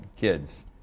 kids